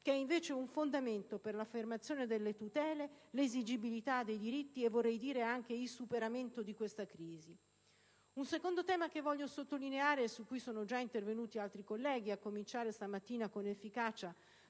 che è invece un fondamento per l'affermazione delle tutele, l'esigibilità dei diritti e il superamento di questa crisi. Un secondo tema che voglio sottolineare, su cui sono già intervenuti altri colleghi, a cominciare, stamattina, con efficacia,